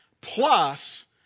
plus